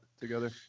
together